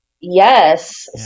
yes